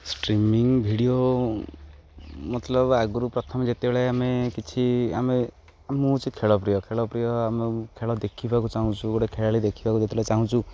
streaming video ମତଲବ ଆଗରୁ ପ୍ରଥମେ ଯେତେବେଳେ ଆମେ କିଛି ଆମେ ଆମ ହେଉଛି ଖେଳ ପ୍ରିୟ ଖେଳ ପ୍ରିୟ ଆମେ ଖେଳ ଦେଖିବାକୁ ଚାହୁଁଛୁ ଗୋଟେ ଖେଳାଳି ଦେଖିବାକୁ ଯେତେବେଳେ ଚାହୁଁଛୁ